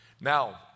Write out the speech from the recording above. Now